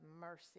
mercy